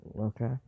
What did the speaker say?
okay